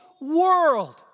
world